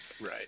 right